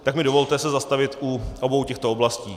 Tak mi dovolte se zastavit u obou těchto oblastí.